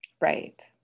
Right